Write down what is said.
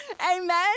amen